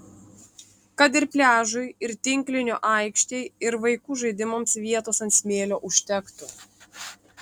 kad ir pliažui ir tinklinio aikštei ir vaikų žaidimams vietos ant smėlio užtektų